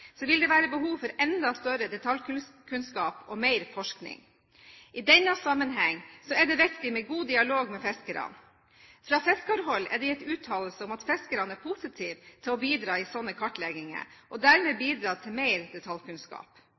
vil det være behov for enda større detaljkunnskap og mer forskning. I denne sammenheng er det viktig med god dialog med fiskerne. Fra fiskerhold er det gitt uttalelser om at fiskerne er positive til å bidra i slike kartlegginger og dermed bidra til mer detaljkunnskap.